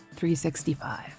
365